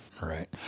Right